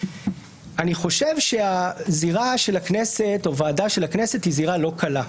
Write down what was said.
אני חושב שהזירה של הכנסת או ועדה של הכנסת היא זירה לא קלה.